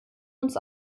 uns